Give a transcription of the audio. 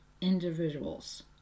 individuals